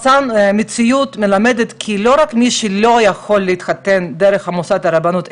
המציאות מלמדת שלא רק מי שלא יכול לא מתחתן דרך מוסד הרבנות,